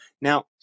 Now